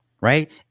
right